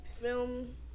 film